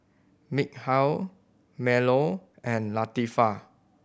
Mikhail Melur and Latifa